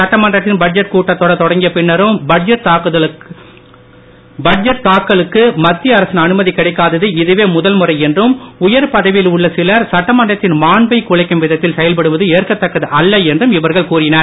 சட்டமன்றத்தின் பட்ஜெட் கூட்டத்தொடர் தொடங்கிய பின்னரும் பட்ஜெட் தாக்கலுக்கு மத்திய அரசின் அனுமதி கிடைக்காதது இதுவே முதல்முறை என்றும் உயர்பதவியில் உள்ள சிலர் சட்டமன்றத்தின் மாண்பை குலைக்கும் விதத்தில் செயல்படுவது ஏற்கத்தக்கது அல்ல என்றும் இவர்கள் கூறினர்